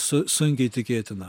su sunkiai tikėtina